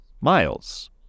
Miles